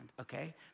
okay